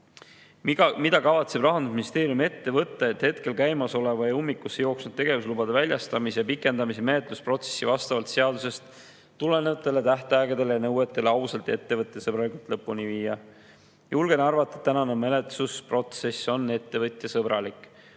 "Mida kavatseb Rahandusministeerium ette võtta, et hetkel käimasolevat ja ummikusse jooksnud tegevuslubade väljastamise ja pikendamise menetlusprotsessi vastavalt seadusest tulenevatele tähtaegadele ja nõuetele ausalt ja ettevõtjasõbralikult lõpuni viia?" Julgen arvata, et tänane menetlusprotsess on ettevõtjasõbralik.